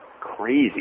crazy